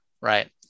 Right